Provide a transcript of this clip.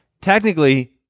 Technically